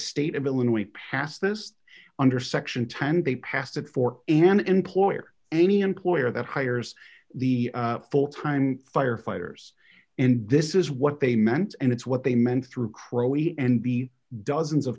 state of illinois passed this under section ten and they passed it for an employer any employer that hires the full time firefighters and this is what they meant and it's what they meant through crow he and be dozens of